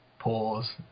Pause